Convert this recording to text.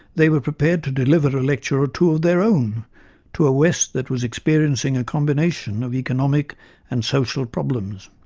they were prepared to deliver a lecture or two or their own to a west that was experiencing a combination of economic and social problems.